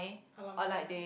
alumni right